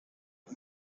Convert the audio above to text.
was